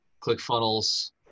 ClickFunnels